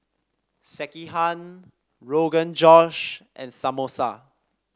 Sekihan Rogan Josh and Samosa